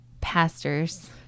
pastors